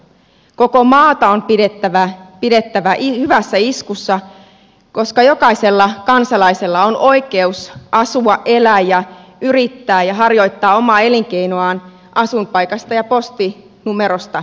koko maata on pidettävä hyvässä iskussa koska jokaisella kansalaisella on oikeus asua elää ja yrittää ja harjoittaa omaa elinkeinoaan asuinpaikasta ja postinumerosta riippumatta